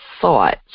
thoughts